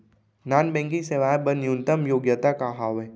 Non banking सेवाएं बर न्यूनतम योग्यता का हावे?